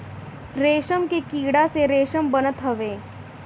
रेशम के कीड़ा से रेशम बनत हवे